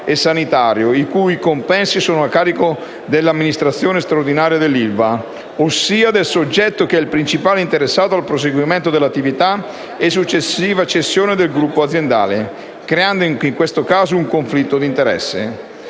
e del mare i cui compensi sono posti a carico dell'amministrazione straordinaria dell'ILVA, ossia del soggetto che è il principale interessato al proseguimento dell'attività e successiva cessione del gruppo aziendale; anche in questo caso si profila un confitto di interesse